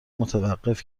متوقف